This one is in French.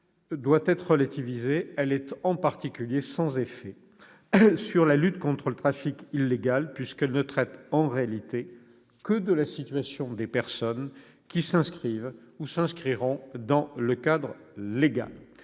2018, doit être relativisée. Elle est en particulier sans effet sur la lutte contre le trafic illégal, puisqu'elle ne traite en réalité que de la situation des personnes qui s'inscrivent ou s'inscriront dans le cadre légal.